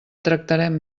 tractarem